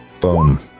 Boom